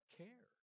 care